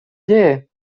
děje